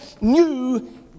new